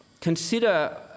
Consider